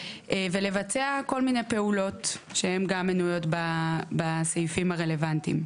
ולבצע כל מיני פעולות שהן גם מנויות בסעיפים הרלוונטיים.